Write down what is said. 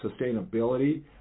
sustainability